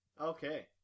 Okay